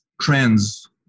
trends